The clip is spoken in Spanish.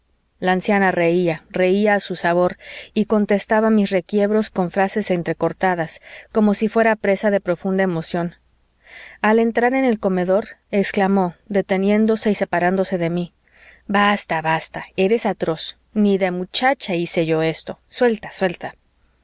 la anciana reía reía a su sabor y contestaba a mis requiebros con frases entrecortadas como si fuera presa de profunda emoción al entrar en el comedor exclamó deteniéndose y separándose de mí basta basta eres atroz ni de muchacha hice yo esto suelta suelta